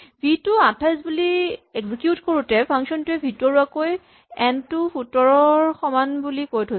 V টো ২৮ বুলি execute কৰোতে ফাংচন টোৱে ভিতৰুৱাকৈ এন টো ১৭ ৰ সমান কৰি থৈছিল